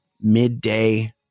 midday